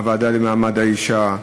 הוועדה למעמד האישה,